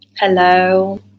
Hello